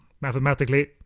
Mathematically